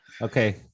okay